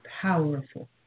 powerful